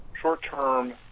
short-term